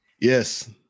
Yes